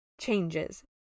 changes